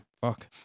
fuck